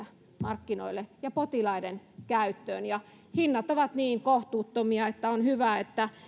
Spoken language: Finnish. markkinoille ja potilaiden käyttöön hinnat ovat niin kohtuuttomia että on hyvä että